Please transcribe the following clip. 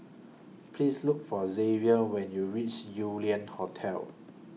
Please Look For Xzavier when YOU REACH Yew Lian Hotel